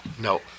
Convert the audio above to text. No